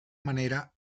manera